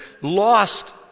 lost